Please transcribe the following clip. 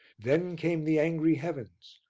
then came the angry heavens,